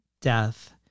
death